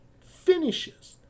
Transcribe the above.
finishes